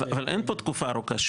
אבל אין פה תקופה ארוכה.